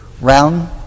round